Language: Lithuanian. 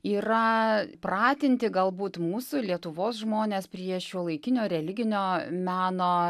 yra pratinti galbūt mūsų lietuvos žmones prie šiuolaikinio religinio meno